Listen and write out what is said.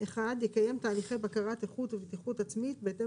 1. יקיים תהליכי בקרת איכות ובטיחות עצמית בהתאם